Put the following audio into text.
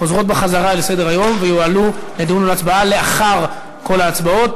חוזרות לסדר-היום ויועלו לדיון ולהצבעה לאחר כל ההצבעות.